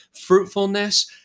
fruitfulness